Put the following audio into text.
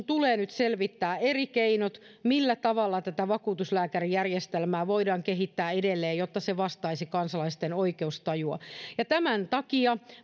tulee nyt selvittää eri keinot millä tavalla tätä vakuutuslääkärijärjestelmää voidaan kehittää edelleen jotta se vastaisi kansalaisten oikeustajua tämän takia